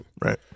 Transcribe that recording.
Right